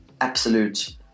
absolute